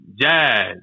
jazz